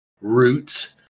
roots